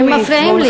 אתם מפריעים לי.